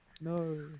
No